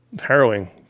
harrowing